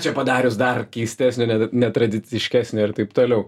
čia padarius dar keistesnio netradiciškesnio ir taip toliau